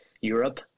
Europe